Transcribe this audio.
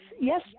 Yes